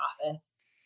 office